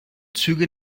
züge